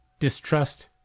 Distrust